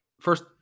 first